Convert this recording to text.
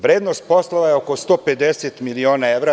Vrednost poslova je oko 150 miliona evra.